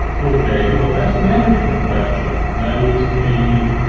okay, well that's a management question. that is a,